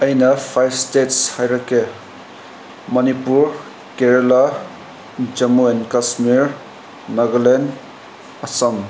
ꯑꯩꯅ five states ꯍꯥꯏꯔꯀꯀꯦ Manipur Kerala Jammu and Kashmir Nagaland Assam